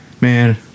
man